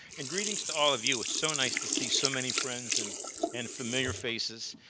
and greetings to all of you. it's so nice to see so many friends and and familiar faces.